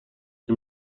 این